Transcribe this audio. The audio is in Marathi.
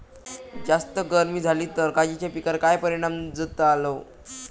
जास्त गर्मी जाली तर काजीच्या पीकार काय परिणाम जतालो?